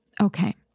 Okay